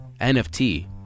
NFT